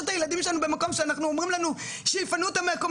לנו את הילדים שלנו במקום שאומרים לנו שיפנו אותם לגג.